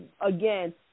again